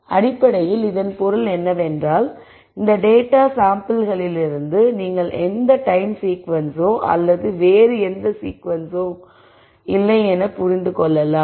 எனவே அடிப்படையில் இதன் பொருள் என்னவென்றால் இந்த டேட்டா மாதிரிகளிலிருந்து நீங்கள் எந்த டைம் சீக்வன்ஸோ அல்லது வேறு எந்த சீக்வன்ஸோ இல்லை என புரிந்து கொள்ளலாம்